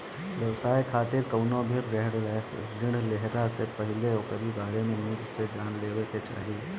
व्यवसाय खातिर कवनो भी ऋण लेहला से पहिले ओकरी बारे में निक से जान लेवे के चाही